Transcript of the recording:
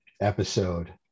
episode